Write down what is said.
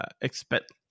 expect